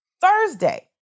Thursday